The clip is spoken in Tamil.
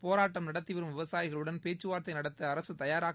போராட்டம் நடத்தி வரும் விவசாயிகளுடன் பேச்சுவார்த்தை நடத்த அரசு தயாராக